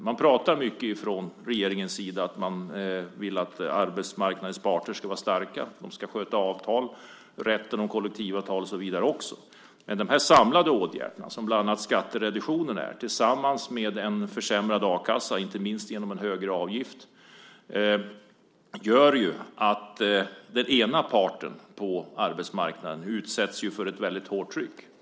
Man pratar mycket från regeringens sida om att man vill att arbetsmarknadens parter ska vara starka. De ska sköta avtal. Vidare gäller det rätten beträffande kollektivavtal och så vidare. Men de här samlade åtgärderna - bland annat skattereduktionen - tillsammans med en försämrad a-kassa, inte minst genom en högre avgift, gör att den ena parten på arbetsmarknaden utsätts för ett väldigt hårt tryck.